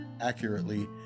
accurately